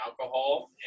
alcohol